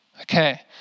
Okay